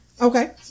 Okay